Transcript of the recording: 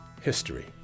History